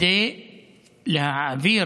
כדי להעביר